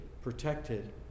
protected